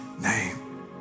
name